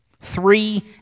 Three